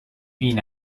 بین